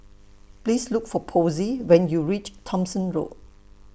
Please Look For Posey when YOU REACH Thomson Road